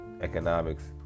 economics